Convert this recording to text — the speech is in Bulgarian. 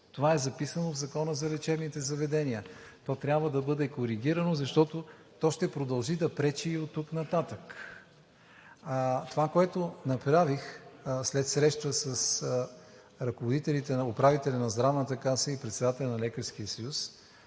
Това е записано в Закона за лечебните заведения. То трябва да бъде коригирано, защото то ще продължи да пречи и оттук нататък. Това, което направих след среща с ръководителите – управителят на Здравната каса, и председателят на Лекарския съюз,